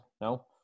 No